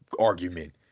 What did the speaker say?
argument